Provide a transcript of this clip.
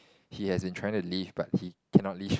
he has been trying to leave but he cannot leave